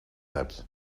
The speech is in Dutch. hebt